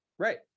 Right